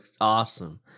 awesome